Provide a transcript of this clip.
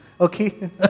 Okay